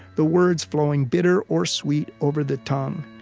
the words flowing bitter or sweet over the tongue.